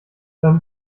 seine